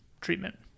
treatment